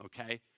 okay